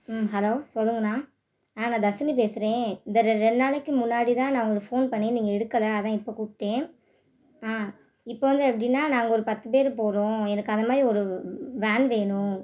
ம் ஹலோ சொல்லுங்கண்ணா ஆ நான் தர்ஷினி பேசுகிறேன் இந்த ரெ ரெண்டு நாளைக்கி முன்னாடி தான் நான் உங்களுக்கு ஃபோன் பண்ணேன் நீங்கள் எடுக்கலை அதுதான் இப்போ கூப்பிட்டேன் ஆ இப்போ வந்து எப்படின்னா நாங்கள் ஒரு பத்து பேர் போகிறோம் எனக்கு அந்தமாதிரி ஒரு வே வே வே வேன் வேணும்